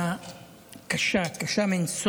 הערביים היא מכה קשה, קשה מנשוא.